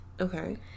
okay